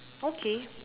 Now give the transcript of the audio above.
okay